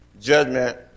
Judgment